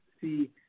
see